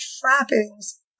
trappings